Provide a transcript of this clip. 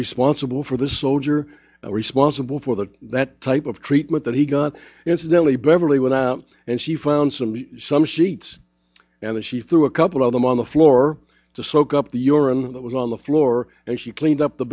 responsible for the soldier responsible for that that type of treatment that he got incidentally beverly went out and she found some some sheets and she threw a couple of them on the floor to soak up the urine that was on the floor and she cleaned up the